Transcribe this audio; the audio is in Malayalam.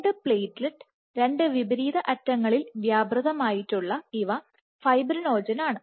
രണ്ട്പ്ലേറ്റ്ലെറ്റ് രണ്ട്വിപരീത അറ്റങ്ങളിൽ വ്യാപൃതമായിട്ടുള്ള ഇവ ഫൈബ്രിനോജൻ ആണ്